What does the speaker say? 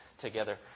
together